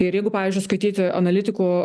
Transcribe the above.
ir jeigu pavyzdžiui skaityti analitikų